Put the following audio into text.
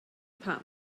pam